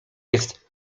jest